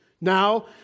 Now